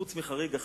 חוץ מחריג אחד,